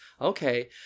okay